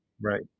Right